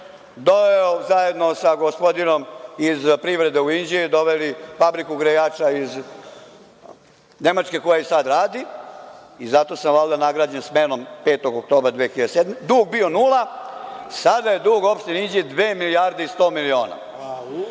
doveo zajedno sa gospodinom iz privrede u Inđiju fabriku grejača iz Nemačke koja i sad radi i zato sam sad valjda nagrađen smenom 5. oktobra 2007. godine. Dug bio nula, sada je dug opštine Inđije 2 milijarde 100 miliona.